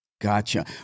Gotcha